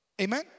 Amen